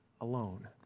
alone